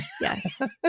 Yes